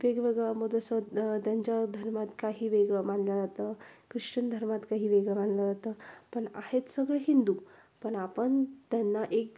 वेगवेगळं मग जसं त्यांच्या धर्मात काही वेगळं मानलं जातं ख्रिश्चन धर्मात काही वेगळं मानलं जातं पण आहेत सगळे हिंदू पण आपण त्यांना एक